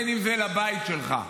אם זה לבית שלך.